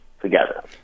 together